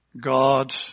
God